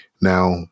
now